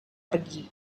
pergi